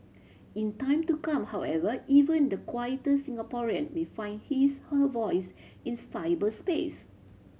in time to come however even the quieter Singaporean may find his her voice in cyberspace